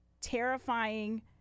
Terrifying